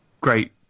great